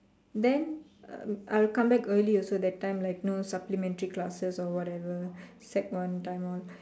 then uh I'll come back early also that time like no supplementary classes or whatever sec one time all